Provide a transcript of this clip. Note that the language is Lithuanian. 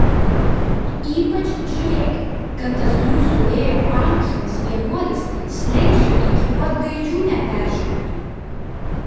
ypač žiūrėkit kad tas jūsų vėjo pamušalas vienuolis slenksčio iki pat gaidžių neperžengtų